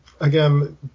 again